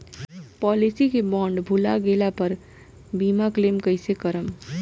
Policy के bond भुला गैला पर बीमा क्लेम कईसे करम?